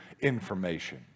information